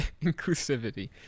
Inclusivity